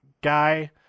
guy